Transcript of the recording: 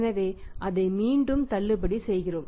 எனவே அதை மீண்டும் தள்ளுபடி செய்கிறோம்